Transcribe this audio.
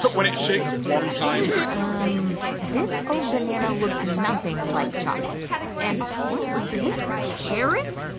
when it shakes one time. um this old banana looks nothing like chocolate and, what's this? carrots?